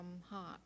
heart